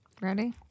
Ready